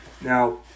Now